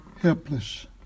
helpless